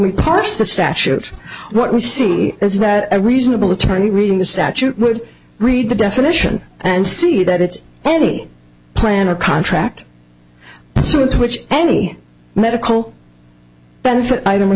what we see is that a reasonable attorney reading the statute would read the definition and see that it's any plan or contract so of which any medical benefit item or